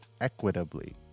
equitably